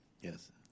Yes